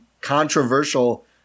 controversial